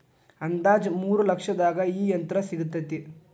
ಅಂದಾಜ ಮೂರ ಲಕ್ಷದಾಗ ಈ ಯಂತ್ರ ಸಿಗತತಿ